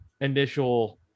initial